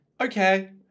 okay